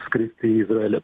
skristi į izraelį